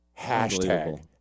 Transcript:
Hashtag